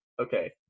okay